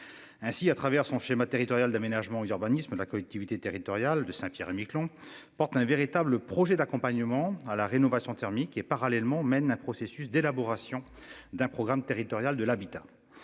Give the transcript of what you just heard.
Ainsi, à travers son schéma territorial d'aménagement d'urbanisme de la collectivité territoriale de Saint-Pierre-et-Miquelon porte un véritable projet d'accompagnement à la rénovation thermique et parallèlement mène un processus d'élaboration d'un programme territoriale de l'habitat.